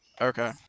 Okay